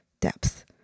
depth